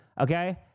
okay